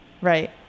Right